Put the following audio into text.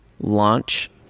launch